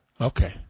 Okay